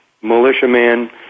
militiaman